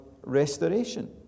restoration